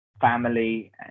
family